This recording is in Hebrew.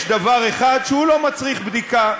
יש דבר אחד שלא מצריך בדיקה,